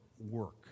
work